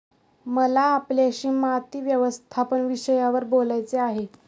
मला आपल्याशी माती व्यवस्थापन विषयावर बोलायचे आहे